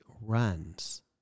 runs